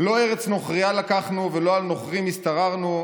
"לא ארץ נוכרייה לקחנו ולא על נכרים השתררנו,